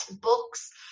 books